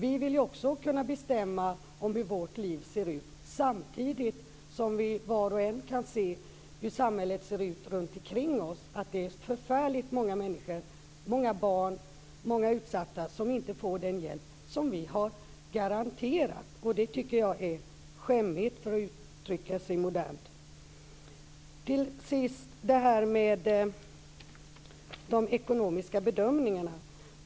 Vi vill också kunna bestämma om hur vårt liv ser ut, samtidigt som vi var och en kan se hur samhället ser ut runtomkring oss. Det finns förfärligt många människor, många barn och många utsatta som inte får den hjälp som vi har garanterat. Det tycker jag är skämmigt, för att uttrycka sig modernt. Till sist frågan om de ekonomiska bedömningarna.